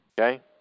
Okay